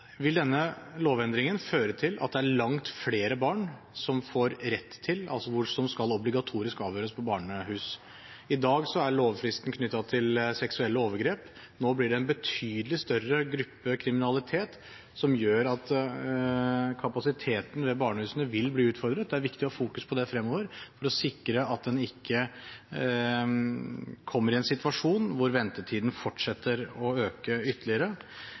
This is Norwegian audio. denne lovendringen vil føre til at det er langt flere barn som obligatorisk skal avhøres på barnehus. I dag er lovfristen knyttet til seksuelle overgrep. Nå vil det gjelde en betydelig større gruppe kriminalitet, som gjør at kapasiteten ved barnehusene vil bli utfordret. Det er viktig å ha fokus på det fremover for å sikre at en ikke kommer i en situasjon hvor ventetiden fortsetter å øke ytterligere.